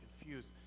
confused